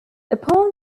upon